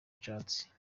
nshatse